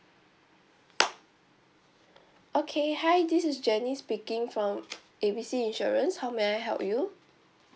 okay hi this is janice speaking from A B C insurance how may I help you